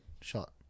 shot